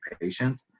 patient